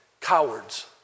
cowards